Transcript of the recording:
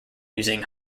using